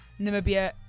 namibia